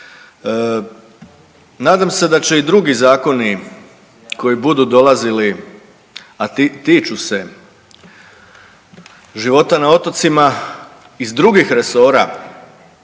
Nadam se da će i drugi zakoni koji budu dolazili, a tiču se života na otocima iz drugih resora,